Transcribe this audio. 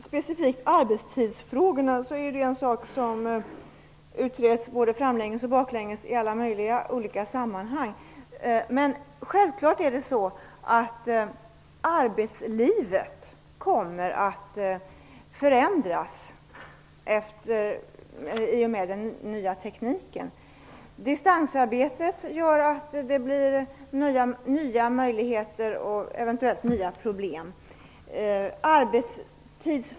Herr talman! Arbetstidsfrågorna utreds både framlänges och baklänges i alla möjliga olika sammanhang. Självfallet kommer arbetslivet att förändras i och med den nya tekniken. Distansarbete innebär nya möjligheter och eventuellt nya problem.